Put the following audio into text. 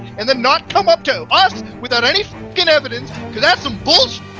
and then not come up to us without any f-cking evidence cause that's some bullsh-t,